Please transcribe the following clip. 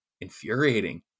infuriating